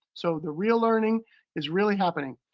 so the real learning is really happening.